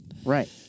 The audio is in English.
Right